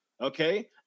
Okay